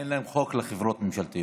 אין להם חוק לחברות ממשלתיות.